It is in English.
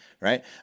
right